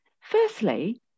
Firstly